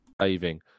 Saving